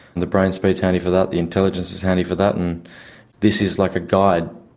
the brain speed is handy for that, the intelligence is handy for that. and this is like a guide.